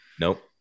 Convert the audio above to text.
Nope